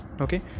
okay